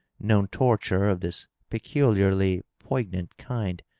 known torture of this peculiarly poignant kind.